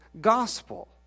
gospel